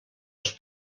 els